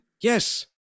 Yes